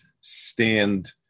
stand